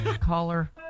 Caller